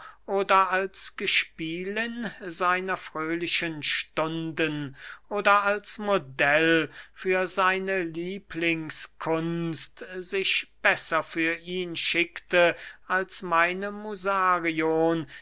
oder als gespielin seiner fröhlichen stunden oder als modell für seine lieblingskunst sich besser für ihn schickte als meine musarion